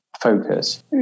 focus